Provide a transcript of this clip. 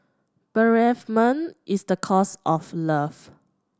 bereavement is the cost of love